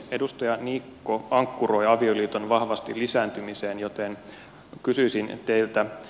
edustaja niikko ankkuroi avioliiton vahvasti lisääntymiseen joten kysyisin teiltä